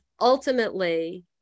ultimately